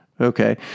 Okay